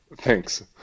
Thanks